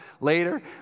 Later